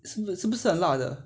是不是是不是很辣的